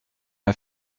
m’a